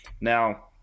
Now